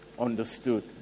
understood